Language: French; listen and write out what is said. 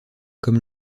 comme